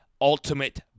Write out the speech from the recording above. ultimate